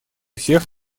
всех